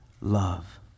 love